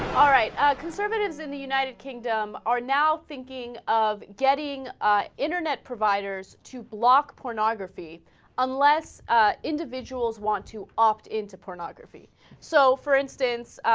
alright at conservatives in the united kingdom are now thinking of getting ah. internet providers two-block pornography unless individuals want to often to pornography sell so for instance ah.